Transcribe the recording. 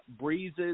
Breeze's